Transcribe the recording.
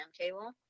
table